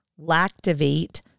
Lactivate